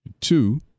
Two